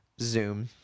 Zoom